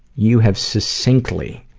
you have succinctly